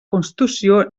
constitució